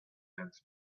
against